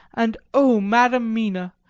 and oh, madam mina,